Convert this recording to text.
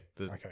Okay